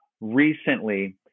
recently